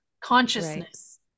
consciousness